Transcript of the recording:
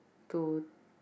to